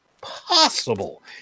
possible